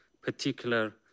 particular